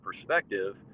perspective